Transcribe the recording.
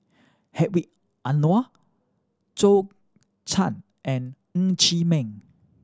Hedwig Anuar Zhou Can and Ng Chee Meng